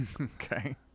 Okay